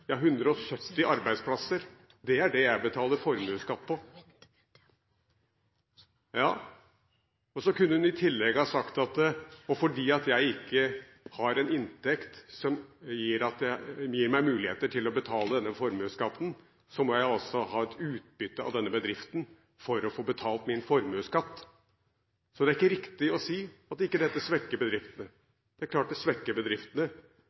ja, 170 arbeidsplasser. Det er det jeg betaler formuesskatt på. Så kunne hun i tillegg ha sagt at fordi jeg ikke har en inntekt som gir meg muligheter til å betale denne formuesskatten, må jeg også ha et utbytte av denne bedriften for å få betalt min formuesskatt. Så det er ikke riktig å si at dette ikke svekker bedriftene. Det er klart det svekker bedriftene.